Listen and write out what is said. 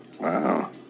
Wow